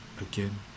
again